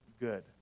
good